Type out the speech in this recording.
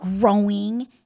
growing